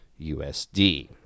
USD